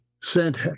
sent